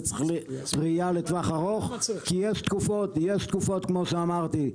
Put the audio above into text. זה צריך ראייה לטווח ארוך כי יש תקופות כמו שאמרתי,